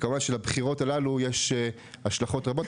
וכמובן שלבחירות הללו יש השלכות רבות.